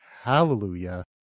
hallelujah